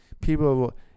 people